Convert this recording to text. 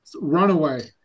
Runaway